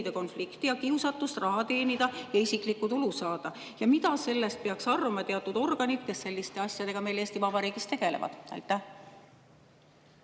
konflikti ja kiusatust raha teenida ja isiklikku tulu saada? Ja mida sellest peaks arvama teatud organid, kes selliste asjadega meil Eesti Vabariigis tegelevad?